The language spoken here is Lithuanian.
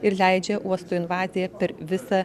ir leidžia uosto invaziją per visą